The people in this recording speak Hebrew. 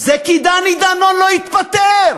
זה כי דני דנון לא התפטר.